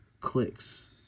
clicks